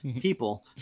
people